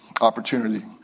opportunity